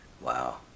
Wow